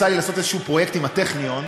לי לעשות איזשהו פרויקט עם הטכניון,